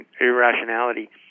irrationality